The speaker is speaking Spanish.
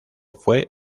fue